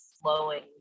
flowing